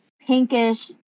pinkish